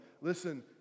listen